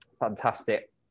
Fantastic